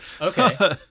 okay